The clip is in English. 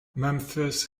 memphis